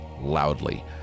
loudly